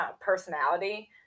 Personality